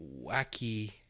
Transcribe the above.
Wacky